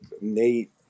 Nate